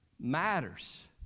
matters